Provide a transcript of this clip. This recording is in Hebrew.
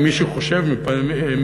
אם מישהו חושש מפניה,